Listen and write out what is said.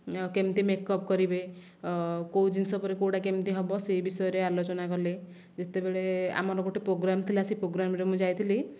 କେମିତି ମେକପ୍ କରିବେ କେଉଁ ଜିନିଷ ପରେ କେଉଁଟା କେମିତି ହେବ ସେଇ ବିଷୟରେ ଆଲୋଚନା କଲେ ଯେତେବେଳେ ଆମର ଗୋଟିଏ ପ୍ରୋଗ୍ରାମ ଥିଲା ସେ ପ୍ରୋଗ୍ରାମ ରେ ମୁଁ ଯାଇଥିଲି